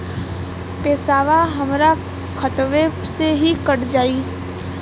पेसावा हमरा खतवे से ही कट जाई?